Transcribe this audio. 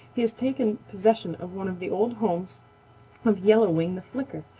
he has taken possession of one of the old homes of yellow wing the flicker,